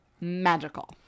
magical